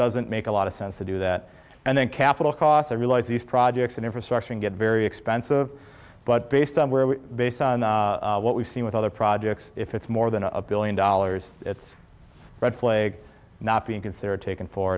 doesn't make a lot of sense to do that and then capital costs are realized these projects and infrastructure and get very expensive but based on where we're based on what we've seen with other projects if it's more than a billion dollars it's a red flag not being considered taken for